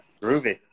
Groovy